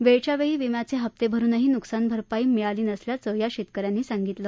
वेळच्या वेळी विम्याचे हप्ते भरुनही नुकसानभरपाई मिळाली नसल्याचं या शेतक यांनी सांगितलं